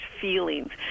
feelings